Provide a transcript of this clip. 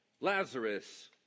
Lazarus